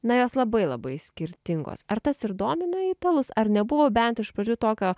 na jos labai labai skirtingos ar tas ir domina italus ar nebuvo bent iš pradžių tokio